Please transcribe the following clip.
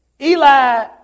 Eli